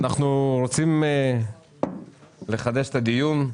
09:55.) אנחנו רוצים לחדש את הדיון.